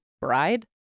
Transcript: Bride